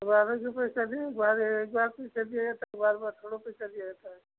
दोबारा क्यों पैसा दे एक बार पैसा दिया जाता है बार बार थोड़ी पैसा दिया जाता है